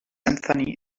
anthony